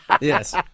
Yes